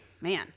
Man